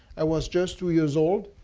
i was just two years old.